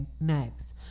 next